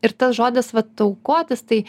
ir tas žodis vat aukotis tai